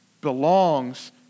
belongs